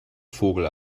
vogel